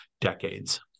decades